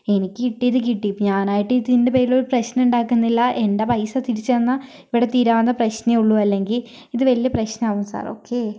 എനിക്ക് കിട്ടീത് കിട്ടി ഇപ്പോൾ ഞാനായിട്ട് ഇതിൻ്റെ പേരിലൊരു പ്രശനം ഉണ്ടാക്കുന്നില്ല എൻ്റെ പൈസ തിരിച്ച് തന്നാൽ ഇവിടെ തീരാവുന്ന പ്രശ്നേ ഉള്ളു അല്ലങ്കി ഇത് വലിയ പ്രശ്നമാകും സാർ ഓക്കെ